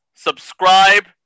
Subscribe